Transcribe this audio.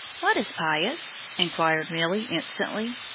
what is pious? inquired milly, instantly.